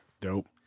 Dope